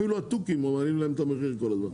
אפילו התוכי מעלים להם את המחיר כל הזמן.